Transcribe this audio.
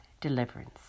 deliverance